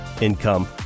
income